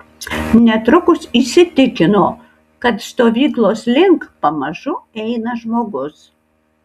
netrukus įsitikino kad stovyklos link pamažu eina žmogus